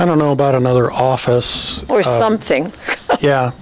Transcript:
i don't know about another office or something yeah